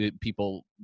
people